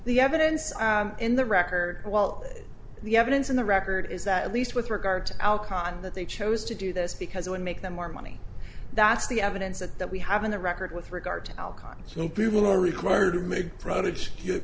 the evidence in the record well the evidence in the record is that at least with regard to al khan that they chose to do this because it would make them more money that's the evidence that that we have on the record with regard to al q people are required to make products